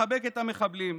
מחבקת המחבלים.